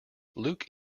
luke